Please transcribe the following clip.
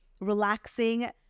relaxing